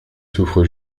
souffre